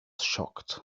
shocked